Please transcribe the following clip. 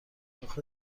آخه